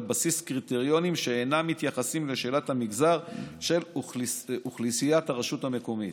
בסיס קריטריונים שאינם מתייחסים לשאלת המגזר של אוכלוסיית הרשות המקומית.